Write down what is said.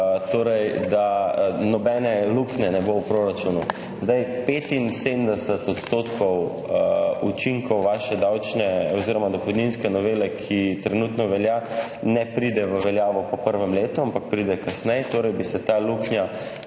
torej, da nobene luknje ne bo v proračunu. Zdaj, 75 % učinkov vaše davčne oziroma dohodninske novele, ki trenutno velja, ne pride v veljavo po prvem letu, ampak pride kasneje, torej bi se ta luknja